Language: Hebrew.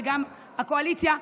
וגם הקואליציה,